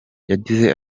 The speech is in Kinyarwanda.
yagize